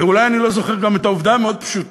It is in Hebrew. אולי אני לא זוכר את העובדה המאוד-פשוטה